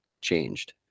changed